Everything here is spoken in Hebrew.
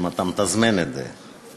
אם אתה מתזמן את זה.